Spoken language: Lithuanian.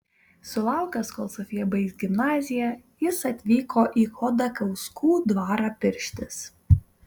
sulaukęs kol sofija baigs gimnaziją jis atvyko į chodakauskų dvarą pirštis